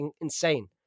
insane